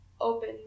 open